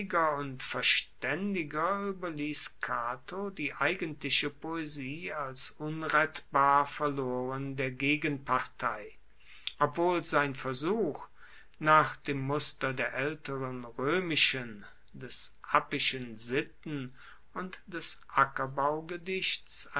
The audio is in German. und verstaendiger ueberliess cato die eigentliche poesie als unrettbar verloren der gegenpartei obwohl sein versuch nach dem muster der aelteren roemischen des appischen sitten und des